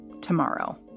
tomorrow